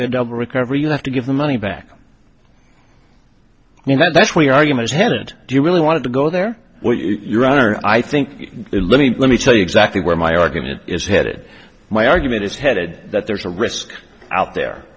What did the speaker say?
be a double recovery you have to give the money back you know that's where your argument is headed do you really want to go there what your honor i think let me let me tell you exactly where my argument is headed my argument is headed that there's a risk out there